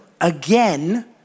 again